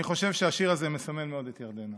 אני חושב שהשיר הזה מסמל מאוד את ירדנה.